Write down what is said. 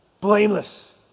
blameless